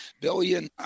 billion